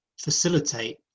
facilitate